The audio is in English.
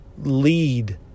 lead